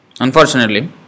unfortunately